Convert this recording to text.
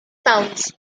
pounds